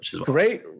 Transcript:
Great